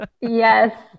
Yes